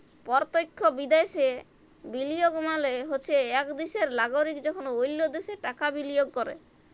পরতখ্য বিদ্যাশে বিলিয়গ মালে হছে ইক দ্যাশের লাগরিক যখল অল্য দ্যাশে টাকা বিলিয়গ ক্যরে